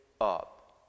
up